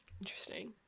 Interesting